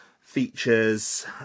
features